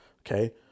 okay